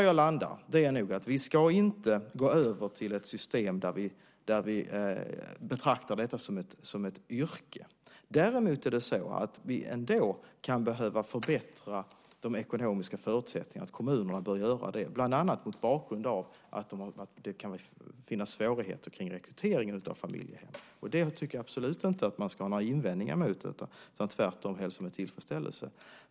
Jag landar i att vi inte ska gå över till ett system där vi betraktar detta som ett yrke. Däremot kan vi ändå behöva förbättra de ekonomiska förutsättningarna. Kommunerna bör göra det bland annat mot bakgrunden att det kan vara svårigheter att rekrytera familjehem. Det ska man absolut inte ha några invändningar emot, utan tvärtom hälsa med tillfredsställelse.